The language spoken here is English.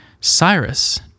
Cyrus